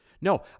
No